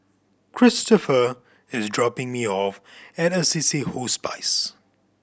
Cristopher is dropping me off at Assisi Hospice